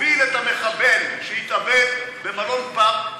הוביל את המחבל שהתאבד במלון "פארק",